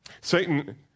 Satan